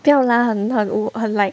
不要 lah 很我很 like